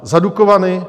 Za Dukovany?